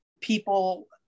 people